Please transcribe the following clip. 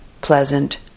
pleasant